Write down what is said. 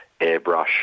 airbrush